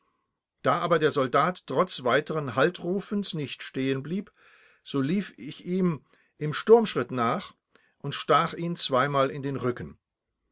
da aber der soldat trotz weiteren haltrufens nicht stehenblieb so lief ich ihm im sturmschritt nach und stach ihn zweimal in den rücken